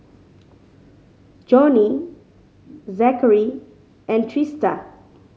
Johney Zachary and Trista